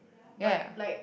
ya